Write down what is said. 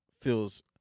feels